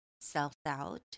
self-doubt